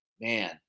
man